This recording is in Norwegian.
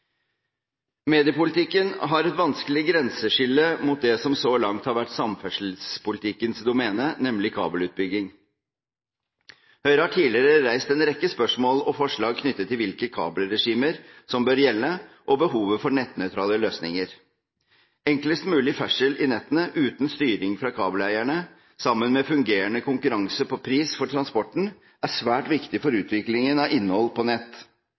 Mediepolitikken har et vanskelig grenseskille mot det som så langt har vært samferdselspolitikkens domene, nemlig kabelutbygging. Høyre har tidligere reist en rekke spørsmål og forslag knyttet til hvilke kabelregimer som bør gjelde, og behovet for nettnøytrale løsninger. Enklest mulig ferdsel i nettene, uten styring fra kabeleierne, sammen med fungerende konkurranse på pris for transporten, er svært viktig for utviklingen av innhold på nett.